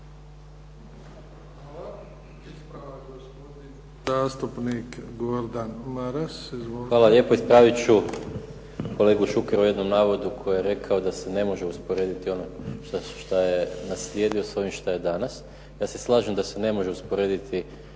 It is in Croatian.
Maras. Izvolite. **Maras, Gordan (SDP)** Hvala lijepo. Ispravit ću kolegu Šukera u jednom navodu koji je rekao da se ne može usporediti ono što je naslijedio s ovim što je danas. Ja se slažem da se ne može usporediti